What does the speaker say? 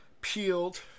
peeled